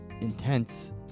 intense